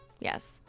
Yes